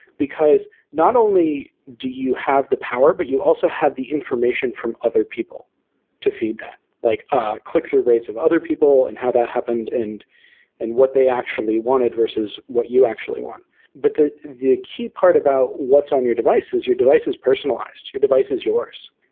because not only do you have the power, but you also have the information from other people to feed that. like ah click-through rates of other people and how that happened and and what they actually wanted, versus what you actually want but the the key part about what's on your devices, your device is personalized, your device is yours,